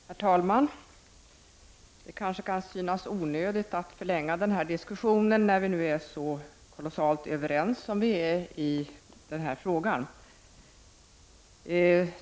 Herr talman! Det kanske kan synas onödigt att förlänga diskussionen, när vi är så kolossalt överens som vi är i den här frågan.